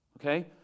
Okay